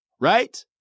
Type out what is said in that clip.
right